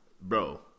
Bro